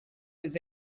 his